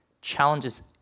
challenges